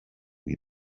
wie